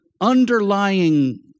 underlying